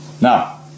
Now